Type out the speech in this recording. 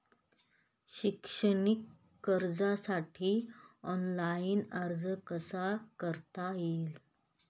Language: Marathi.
शैक्षणिक कर्जासाठी ऑनलाईन अर्ज कसा करता येईल?